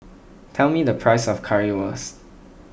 tell me the price of Currywurst